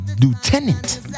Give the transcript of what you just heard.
Lieutenant